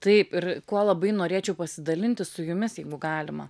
taip ir kuo labai norėčiau pasidalinti su jumis jeigu galima